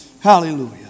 Hallelujah